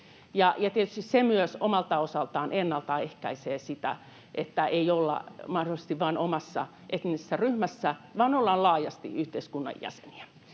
se myös omalta osaltaan ennaltaehkäisee sitä, että ei olla mahdollisesti vain omassa etnisessä ryhmässä, vaan ollaan laajasti yhteiskunnan jäseniä.